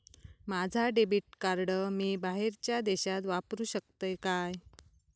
माझा debit card मी बाहेरच्या देशात वापरू शकतय काय?